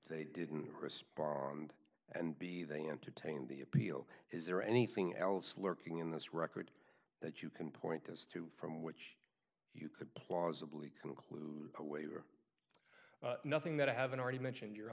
they didn't respond and b they entertain the appeal is there anything else lurking in this record that you can point us to from which you could plausibly conclude away or nothing that i haven't already mentioned your